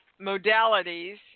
modalities